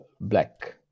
black